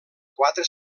quatre